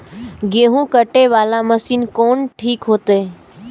गेहूं कटे वाला मशीन कोन ठीक होते?